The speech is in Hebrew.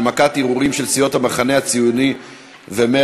הנמקת הערעורים של סיעות המחנה הציוני ומרצ.